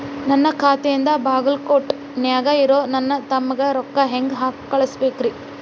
ನನ್ನ ಖಾತೆಯಿಂದ ಬಾಗಲ್ಕೋಟ್ ನ್ಯಾಗ್ ಇರೋ ನನ್ನ ತಮ್ಮಗ ರೊಕ್ಕ ಹೆಂಗ್ ಕಳಸಬೇಕ್ರಿ?